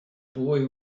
boy